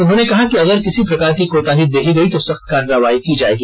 उन्होंने कहा कि अगर किसी प्रकार की कोताही देखी गई तो सख्त कार्रवाई की जाएगी